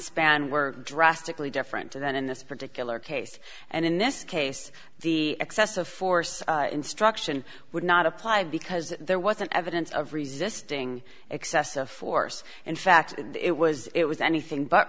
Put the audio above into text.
span were drastically different to then in this particular case and in this case the excessive force instruction would not apply because there wasn't evidence of resisting excessive force in fact it was it was anything but